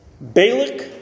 balak